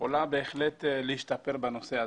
יכולה בהחלט להשתפר בנושא הזה.